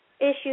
issues